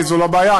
כי זו לא הבעיה,